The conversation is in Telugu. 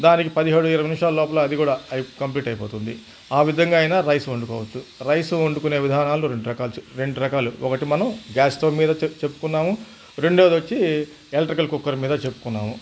దానికి పదిహేడు ఇరవై నిమిషాల లోపల అది కూడా కంప్లీట్ అయిపోతుంది ఆ విధంగా అయినా రైస్ వండుకోవచ్చు రైసు వండుకొని విధానాలు రెండు రకాలు రెండు రకాలు ఒకటి మనం గ్యాస్ స్టవ్ మీద చెప్పుకున్నాము రెండోదొచ్చి ఎలక్ట్రికల్ కుక్కర్ మీద చెప్పుకున్నాము